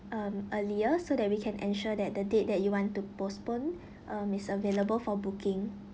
um earlier so that we can ensure that the date that you want to postpone um is available for booking